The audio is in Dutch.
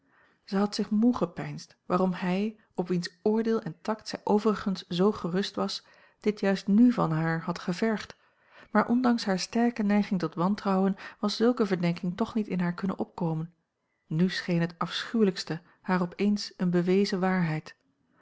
zij had zich moe gepeinsd waarom hij op wiens oordeel en tact zij overigens zoo gerust was dit juist n van haar had gevergd maar ondanks hare sterke neiging tot wantrouwen was zulke verdenking toch niet in haar kunnen opkomen n scheen het afschuwelijkste haar op eens eene bewezen waarheid